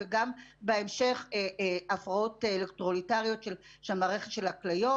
וגם בהמשך בהפרעות אלקטרוליטריות של מערכת הכליות,